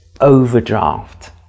overdraft